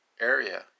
area